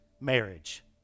marriage